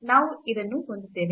ನಾವು ಇದನ್ನು ಹೊಂದಿದ್ದೇವೆ